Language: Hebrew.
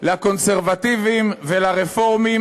לקונסרבטיבים ולרפורמים,